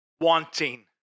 wanting